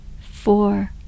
four